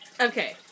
Okay